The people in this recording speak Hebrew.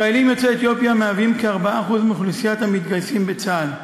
ישראלים יוצאי אתיופיה מהווים כ-4% מאוכלוסיית המתגייסים בצה"ל.